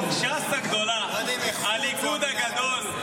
ש"ס הגדולה, הליכוד הגדול.